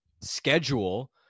schedule